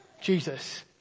Jesus